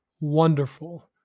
wonderful